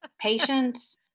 patience